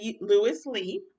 Lewis-Lee